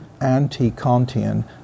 anti-Kantian